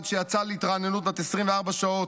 עד שיצא להתרעננות בת 24 שעות.